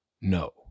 No